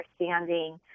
understanding